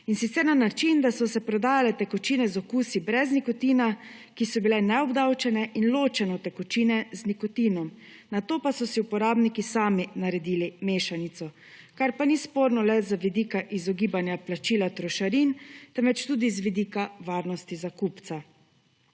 In sicer na način, da so se prodajale tekočine z okusi brez nikotina, ki so bile neobdavčene in ločene tekočine z nikotinom nato pa so si uporabniki sami naredili mešanico, kar pa ni sporno le z vidika izogibanja plačila trošarin temveč tudi z vidika varnosti za kupca.